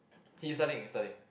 he is studying he's studying